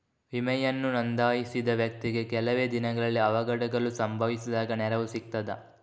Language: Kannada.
ವಿಮೆಯನ್ನು ನೋಂದಾಯಿಸಿದ ವ್ಯಕ್ತಿಗೆ ಕೆಲವೆ ದಿನಗಳಲ್ಲಿ ಅವಘಡಗಳು ಸಂಭವಿಸಿದಾಗ ನೆರವು ಸಿಗ್ತದ?